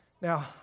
Now